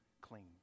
clean